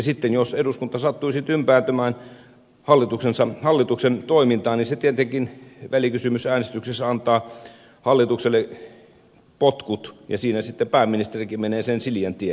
sitten jos eduskunta sattuisi tympääntymään hallituksen toimintaan niin se tietenkin välikysymysäänestyksessä antaa hallitukselle potkut ja siinä sitten pääministerikin menee sen siliän tien